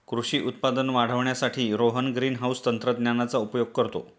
कृषी उत्पादन वाढवण्यासाठी रोहन ग्रीनहाउस तंत्रज्ञानाचा उपयोग करतो